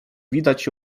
widać